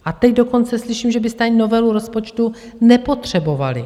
A teď dokonce slyším, že byste ani novelu rozpočtu nepotřebovali.